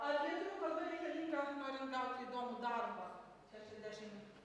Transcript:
ar lietuvių kalba reikalinga norint gauti įdomų darbą šešiasdešim